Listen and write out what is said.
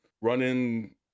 running